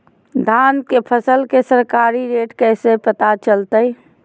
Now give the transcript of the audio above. धान के फसल के सरकारी रेट कैसे पता चलताय?